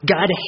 God